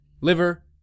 Liver